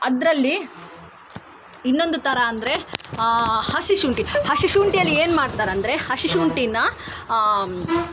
ಅದರಲ್ಲಿ ಇನ್ನೊಂದು ಥರ ಅಂದರೆ ಹಸಿ ಶುಂಠಿ ಹಸಿ ಶುಂಠಿಯಲ್ಲಿ ಏನು ಮಾಡ್ತಾರೆ ಅಂದರೆ ಹಸಿ ಶುಂಠಿನ